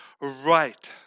right